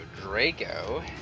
Draco